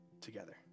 together